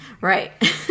Right